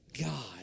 God